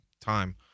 time